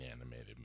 animated